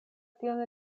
tion